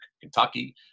Kentucky